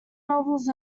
novels